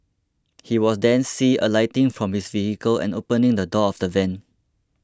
he was then see alighting from his vehicle and opening the door of the van